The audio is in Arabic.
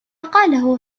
قاله